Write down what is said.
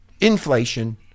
inflation